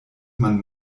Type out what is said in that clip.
man